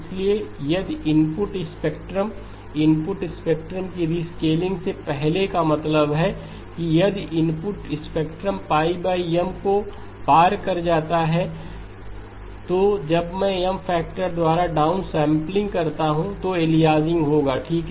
इसलिए यदि input spectrum input spectrum को रिसकलिंग से पहले का मतलब है कि यदि इनपुट स्पेक्ट्रम M को पार कर जाता है तो जब मैं M फैक्टर द्वारा डाउनसम्पलिंग करता हूं तो एलियासिंग होगा ठीक